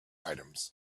items